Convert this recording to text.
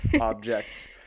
objects